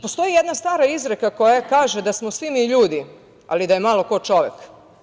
Postoji jedna stara izreka koja kaže – da smo mi ljudi, ali da je malo ko čovek.